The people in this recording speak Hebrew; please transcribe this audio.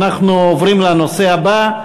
אנחנו עוברים לנושא הבא,